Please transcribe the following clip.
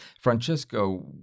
Francesco